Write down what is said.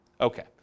Okay